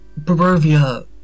Barovia